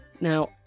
now